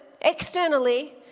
externally